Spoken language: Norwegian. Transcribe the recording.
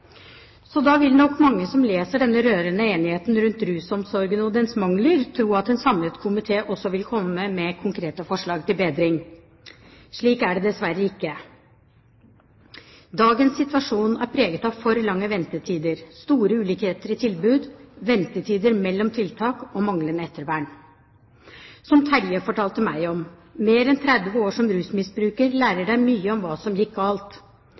Så da vil nok mange som leser denne rørende enigheten rundt rusomsorgen og dens mangler, tro at en samlet komité også vil komme med mer konkrete forslag til bedring. Slik er det dessverre ikke. Dagens situasjon er preget av for lange ventetider, store ulikheter i tilbud, ventetider mellom tiltak og manglende ettervern. Som Terje fortalte meg: Mer enn 30 år som rusmisbruker lærer deg mye om hva som gikk galt.